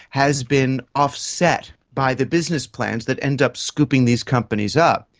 has been offset by the business plans that end up scooping these companies up.